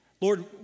Lord